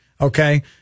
Okay